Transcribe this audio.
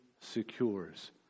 secures